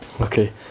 okay